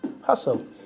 hustle